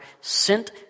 sent